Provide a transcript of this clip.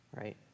Right